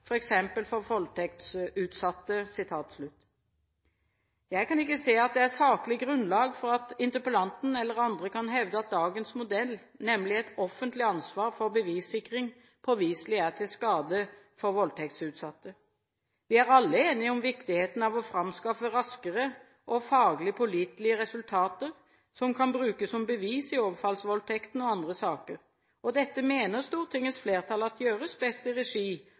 for voldtektsutsatte». Jeg kan ikke se at det er saklig grunnlag for at interpellanten eller andre kan hevde at dagens modell, nemlig et offentlig ansvar for bevissikring, påviselig er til skade for voldtektsutsatte. Vi er alle enige om viktigheten av å framskaffe raskere og faglig pålitelige resultater som kan brukes som bevis ved overfallsvoldtektene og i andre saker. Dette mener Stortingets flertall gjøres best i regi